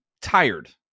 tired